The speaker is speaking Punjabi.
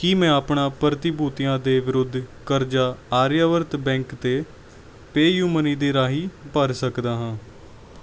ਕੀ ਮੈਂ ਆਪਣਾ ਪ੍ਰਤੀਭੂਤੀਆਂ ਦੇ ਵਿਰੁੱਧ ਕਰਜ਼ਾ ਆਰਿਆਵਰਤ ਬੈਂਕ ਤੇ ਪੈਯੁਮਨੀ ਦੇ ਰਾਹੀਂ ਭਰ ਸਕਦਾ ਹਾਂ